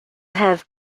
have